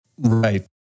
right